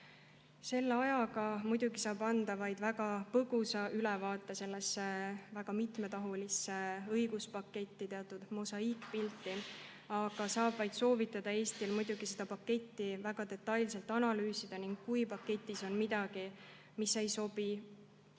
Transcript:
Selle ajaga[, mis mul siin on,] saan anda vaid väga põgusa ülevaate sellest väga mitmetahulisest õiguspaketist, teatud mosaiikpildist. Saab vaid soovitada Eestil seda paketti väga detailselt analüüsida, ning kui paketis on midagi, mis ei sobi,